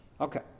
Okay